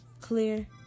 Clear